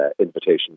invitation